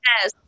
yes